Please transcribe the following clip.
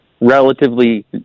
relatively